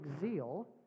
zeal